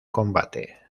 combate